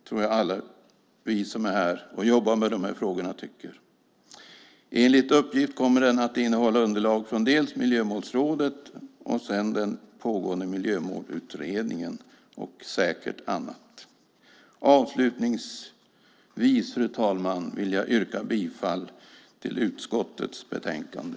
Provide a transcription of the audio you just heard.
Det tycker alla vi som är här och jobbar med dessa frågor. Enligt uppgift kommer propositionen att innehålla underlag från dels Miljömålsrådet, dels den pågående Miljömålsutredningen - och säkert annat. Avslutningsvis, fru talman, vill jag yrka bifall till förslaget i utskottets betänkande.